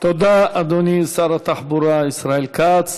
תודה, אדוני, שר התחבורה ישראל כץ.